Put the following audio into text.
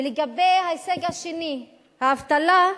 ולגבי ההישג השני, האבטלה,